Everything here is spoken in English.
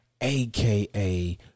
aka